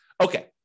Okay